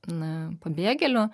na pabėgėlių